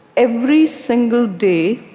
every single day,